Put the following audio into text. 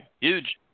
Huge